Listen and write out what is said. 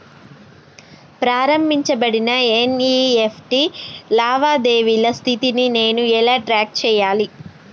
ప్రారంభించబడిన ఎన్.ఇ.ఎఫ్.టి లావాదేవీల స్థితిని నేను ఎలా ట్రాక్ చేయాలి?